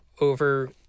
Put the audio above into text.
over